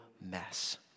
mess